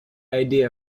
idea